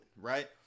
right